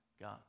God